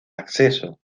acceso